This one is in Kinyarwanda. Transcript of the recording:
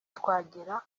twagera